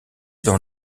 dans